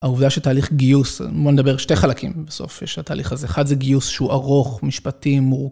העובדה שתהליך גיוס, בואו נדבר שתי חלקים. בסוף יש לתהליך הזה. אחד זה גיוס שהוא ארוך, משפטי, מור